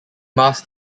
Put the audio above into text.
mast